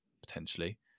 potentially